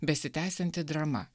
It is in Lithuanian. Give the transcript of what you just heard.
besitęsianti drama